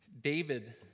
David